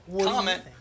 comment